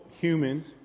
humans